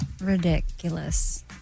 Ridiculous